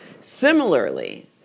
Similarly